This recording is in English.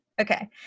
Okay